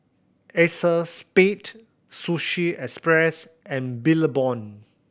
Acexspade Sushi Express and Billabong